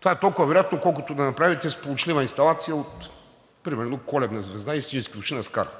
Това е толкова вероятно, колкото да направите сполучлива инсталация примерно от коледна звезда и свински уши на скара.